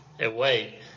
away